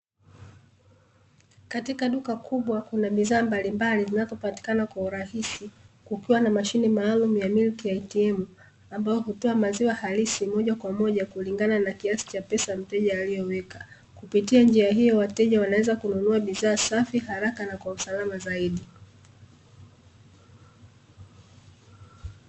Katika duka kubwa kuna bidhaa mbalimbali zinazopatikana kwa urahisi, kukiwa na mashine maalum ya MILK ATM ambayo hutoa maziwa halisi moja kwa moja kulingana na kiasi pesa mteja aliyoweka. Kupitia njia hiyo wateja wanaweza kununua bidhaa safi haraka na kwa usalama zaidi.